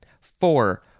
Four